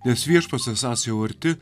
nes viešpats esąs jau arti